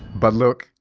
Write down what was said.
but look,